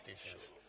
stations